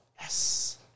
Yes